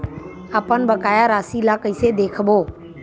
अपन बकाया राशि ला कइसे देखबो?